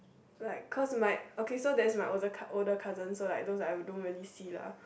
like cause my okay there's my older older cousins so like those I don't really see lah